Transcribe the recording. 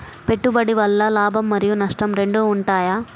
పెట్టుబడి వల్ల లాభం మరియు నష్టం రెండు ఉంటాయా?